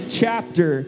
chapter